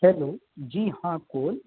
hello जी हाँ कौन